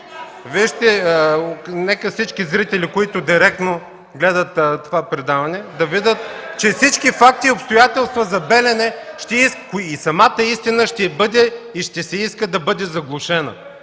в КБ.) Нека всички зрители, които директно гледат това предаване, видят, че всички факти и обстоятелства за „Белене” и самата истина ще се иска да бъде заглушена